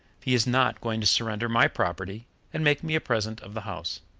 he is not going to surrender my property and make me a present of the house.